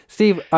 Steve